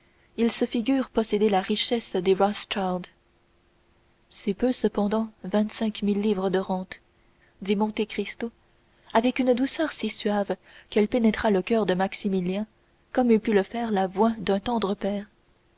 ils se figurent posséder la richesse des rothschild c'est peu cependant vingt-cinq mille livres de rente dit monte cristo avec une douceur si suave qu'elle pénétra le coeur de maximilien comme eût pu le faire la voix d'un tendre père